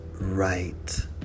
right